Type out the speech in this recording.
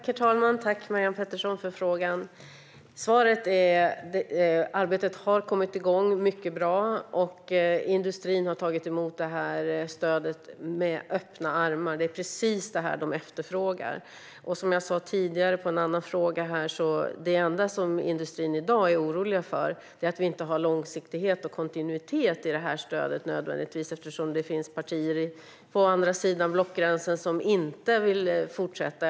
Herr talman! Tack, Marianne Pettersson, för frågan! Svaret är att arbetet har kommit igång mycket bra, och industrin har tagit emot det här stödet med öppna armar. Det är precis det här de efterfrågar. Som jag sa tidigare som svar på en annan fråga är industrin i dag orolig för en enda sak, och det är att det inte nödvändigtvis finns en långsiktighet och en kontinuitet i det här stödet, eftersom det finns partier på andra sidan blockgränsen som inte vill fortsätta.